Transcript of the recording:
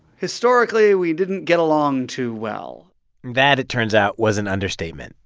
historically we didn't get along too well that, it turns out, was an understatement.